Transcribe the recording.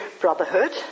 brotherhood